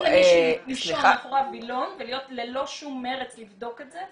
לתת למישהי לישון ולהיות מאחורי הווילון ללא שום מרץ לבדוק את זה,